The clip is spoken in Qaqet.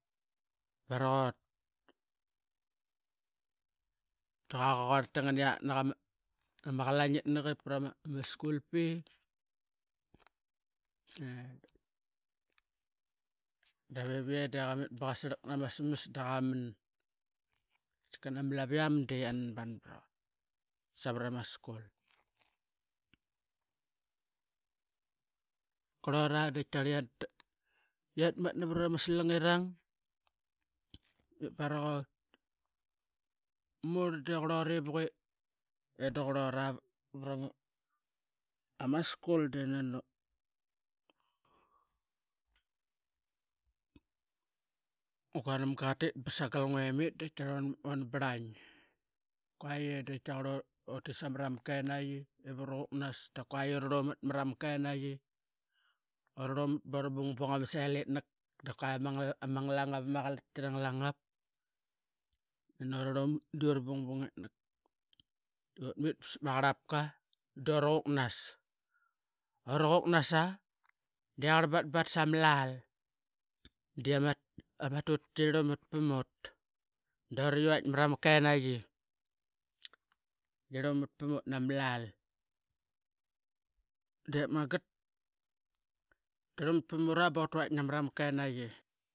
Baraqaut da qa quarl tanganiayatnak ama qalaing itnak prama school fee. Daveviyi de qanmit baqa sarlaknurasmas da qa man qan ama laviam dia natban praut savarama school. Qurlura da qaitaqarl i anatmatna varama salangirang ip baraqaut. Murl de qurlut ivuk, i duqurlut prama a school de nani guanamga qatit ba sangal ngua imit da qa tiaqarl ura brlaing da kua de qaitaqarl utit samarama kenaiqi ip uruquknas, dura rlumat marama kenaiqi urarlumat bura bungbung ama selitnak, da kuai ama ngalangap marama qalalki arangalangap. Na nurlumat bura bungbung i nak. Dut mit basap ama qarlapka dura qupknas, uraquknas de qarl batbat sama lal diama tutki tirlumat naut bura i vait namarama kenaqi.